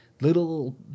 little